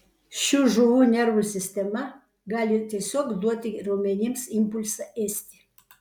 šių žuvų nervų sistema gali tiesiog duoti raumenims impulsą ėsti